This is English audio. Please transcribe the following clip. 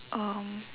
um